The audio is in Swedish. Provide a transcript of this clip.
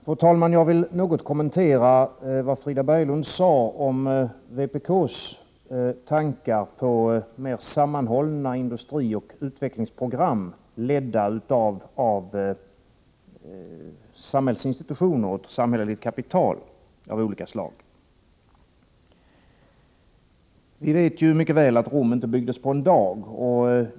Fru talman! Jag vill något kommentera vad Frida Berglund sade om vpk:s tankar på mer sammanhållna industrioch utvecklingsprogram ledda av samhällsinstitutioner och samhällskapital av olika slag. Vi vet mycket väl att Rom inte byggdes på en dag.